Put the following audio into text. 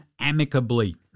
Amicably